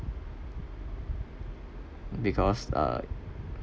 because uh